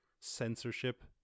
censorship